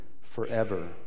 forever